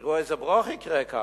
תראו איזה "ברוך" יקרה כאן.